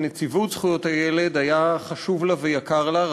נציבות זכויות הילד היה חשוב לה ויקר לה,